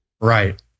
Right